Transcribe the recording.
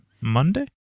Monday